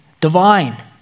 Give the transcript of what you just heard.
divine